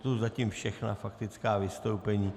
To jsou zatím všechna faktická vystoupení.